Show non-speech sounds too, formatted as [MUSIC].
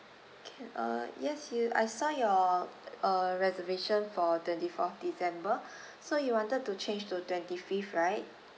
can uh yes you I saw your uh reservation for twenty-fourth december [BREATH] so you wanted to change to twenty-fifth right